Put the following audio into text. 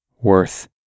worth